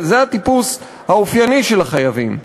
זה הטיפוס האופייני של החייבים.